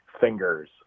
Fingers